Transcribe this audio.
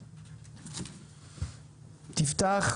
הבינלאומי,